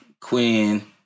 Quinn